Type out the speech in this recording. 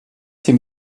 dem